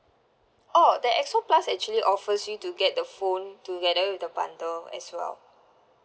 oh the X_O plus actually offers you to get the phone together with the bundle as well